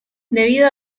debido